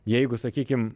jeigu sakykim